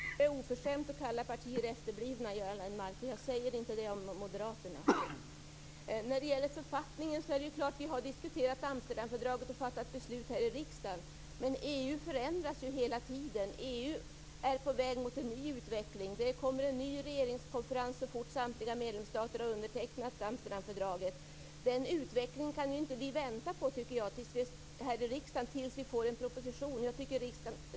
Herr talman! Det är oförskämt att kalla partier efterblivna, Göran Lennmarker. Jag säger inte det om Visst har vi diskuterat Amsterdamfördraget och fattat beslut i riksdagen. Men EU förändras hela tiden. EU är på väg mot en ny utveckling. Det kommer en ny regeringskonferens så fort samtliga medlemsstater har undertecknat Amsterdamfördraget. Jag tycker inte att riksdagen kan vänta på den utvecklingen och tills det har kommit en proposition.